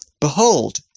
Behold